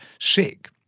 sick